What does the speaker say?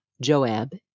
Joab